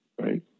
right